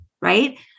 right